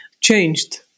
changed